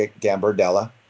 Gambardella